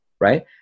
right